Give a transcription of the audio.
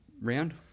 round